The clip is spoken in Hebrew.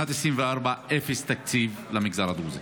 שנת 2024, אפס תקציב למגזר הדרוזי.